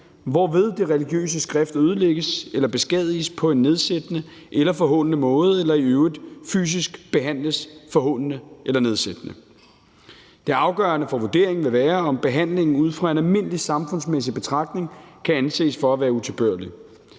hvorved det religiøse skrift ødelægges eller beskadiges på en nedsættende eller forhånende måde eller i øvrigt fysisk behandles forhånende eller nedsættende. Det afgørende for vurderingen vil være, om behandlingen ud fra en almindelig samfundsmæssig betragtning kan anses for at være utilbørlig.